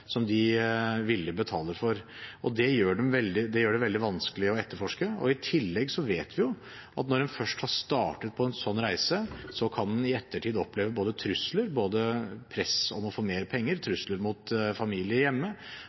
som de villig betaler for. Det gjør det veldig vanskelig å etterforske. I tillegg vet vi jo at når en først har startet på en slik reise, kan en i ettertid oppleve både trusler og press – press om å få mer penger, trusler mot familien hjemme